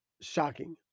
shocking